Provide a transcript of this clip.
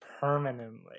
permanently